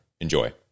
Enjoy